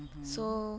mmhmm